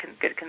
good